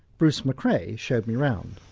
bruce mccrea showed me around.